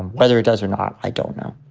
and whether it does or not, i don't know.